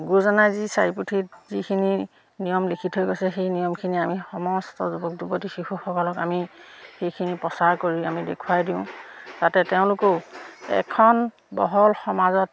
গুৰুজনাই যি চাৰি পুথিত যিখিনি নিয়ম লিখি থৈ গৈছে সেই নিয়মখিনি আমি সমস্ত যুৱক যুৱতী শিশুসকলক আমি সেইখিনি প্ৰচাৰ কৰি আমি দেখুৱাই দিওঁ যাতে তেওঁলোকেও এখন বহল সমাজত